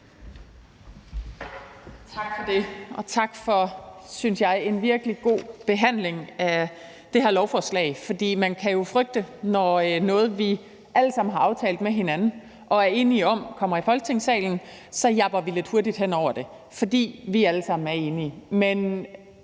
Tak for det, og tak for, synes jeg, en virkelig god behandling af det her lovforslag. For man kunne jo frygte, at når noget, vi alle sammen har aftalt med hinanden og er enige om, kommer i Folketingssalen, japper vi lidt hurtigt hen over det, fordi vi alle sammen er enige.